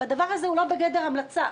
הדבר הזה הוא לא בגדר המלצה,